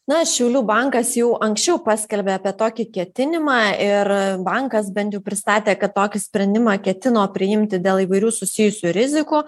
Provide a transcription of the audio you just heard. na šiaulių bankas jau anksčiau paskelbė apie tokį ketinimą ir bankas bent jau pristatė kad tokį sprendimą ketino priimti dėl įvairių susijusių rizikų